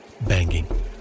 banging